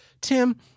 Tim